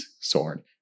sword